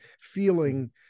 feeling